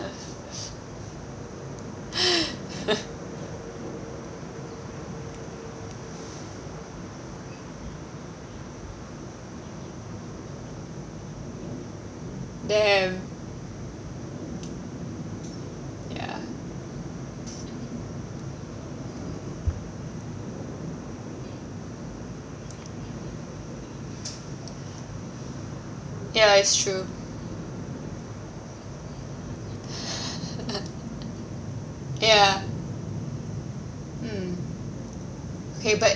damn ya ya it's true ya mm okay but